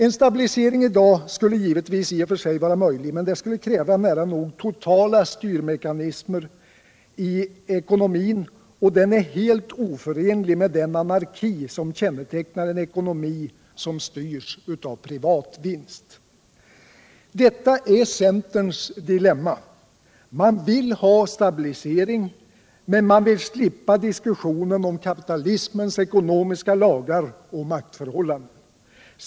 En stabilisering i dag skulle givetvis i och för sig vara möjlig, men det skulle kräva nära nog totala styrmekanismer i ekonomin, och den är helt oförenlig med den anarki som kännetecknar en ekonomi styrd av privat vinst. Detta är centerns dilemma. Man vill ha stabilisering, men man vill slippa diskussionen om kapitalismens ekonomiska lagar och maktförhållanden.